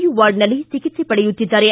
you ವಾರ್ಡ್ನಲ್ಲಿ ಚಿಕಿತ್ಸೆ ಪಡೆಯುತ್ತಿದ್ದಾರೆ